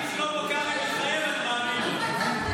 אם שלמה קרעי מתחייב, אני מאמין לו.